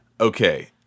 Okay